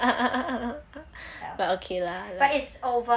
but okay lah like